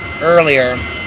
earlier